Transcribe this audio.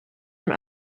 from